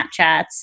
Snapchats